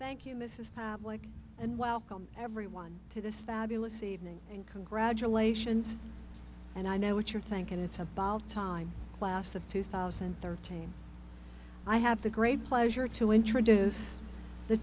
thank you mrs public and welcome everyone to this fabulous evening and congratulations and i know what you're thinking it's about time class of two thousand and thirteen i have the great pleasure to introduce the